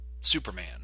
Superman